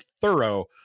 thorough